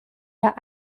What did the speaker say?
der